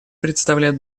представляет